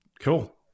Cool